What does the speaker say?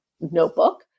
notebook